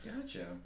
Gotcha